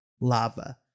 Lava